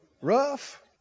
rough